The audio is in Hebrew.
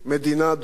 מדינה דו-לאומית.